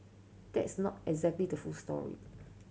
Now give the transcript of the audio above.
that's not exactly the full story